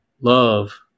love